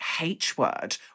H-word